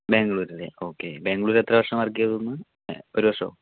ബാംഗ്ലൂരല്ലേ okay Bangalore എത്ര വർഷം work ചെയ്തുന്നു ഒരു വർഷമോ